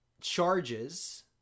charges